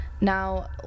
Now